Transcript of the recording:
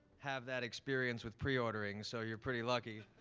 have that experience with pre-ordering, so you're pretty lucky.